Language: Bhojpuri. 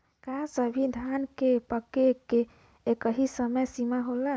का सभी धान के पके के एकही समय सीमा होला?